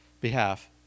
behalf